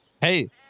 Hey